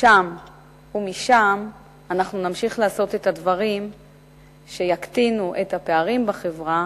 שם ומשם אנחנו נמשיך לעשות את הדברים שיקטינו את הפערים בחברה